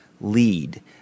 lead